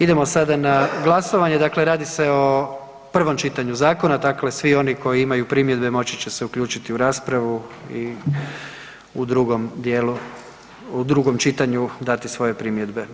Idemo sada na glasovanje, dakle radi se o prvom čitanju zakona, dakle svi oni koji imaju primjedbe moći će se uključiti u raspravu i u drugom dijelu, u drugom čitanju dati svoje primjedbe.